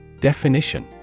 Definition